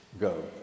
go